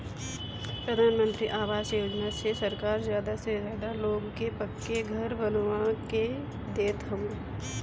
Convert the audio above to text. प्रधानमंत्री आवास योजना से सरकार ज्यादा से ज्यादा लोग के पक्का घर बनवा के देत हवे